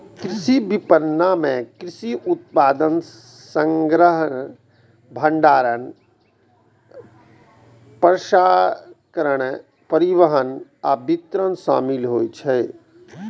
कृषि विपणन मे कृषि उत्पाद संग्रहण, भंडारण, प्रसंस्करण, परिवहन आ वितरण शामिल होइ छै